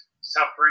suffering